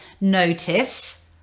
Notice